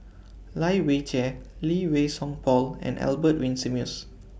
Lai Weijie Lee Wei Song Paul and Albert Winsemius